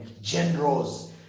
generals